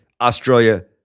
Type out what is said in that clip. Australia